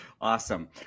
Awesome